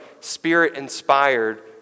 spirit-inspired